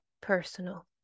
personal